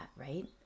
right